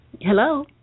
Hello